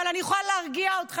אבל אני יכולה להרגיע אותך,